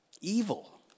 Evil